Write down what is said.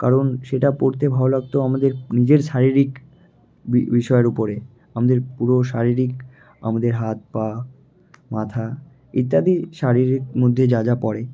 কারণ সেটা পড়তে ভালো লাগতো আমাদের নিজের শারীরিক বিষয়ের উপরে আমাদের পুরো শারীরিক আমাদের হাত পা মাথা ইত্যাদি শারীরিক মধ্যে যা যা পড়ে